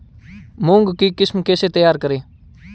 मूंग की किस्म कैसे तैयार करें?